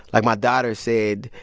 like, my daughter said,